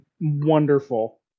wonderful